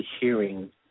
hearing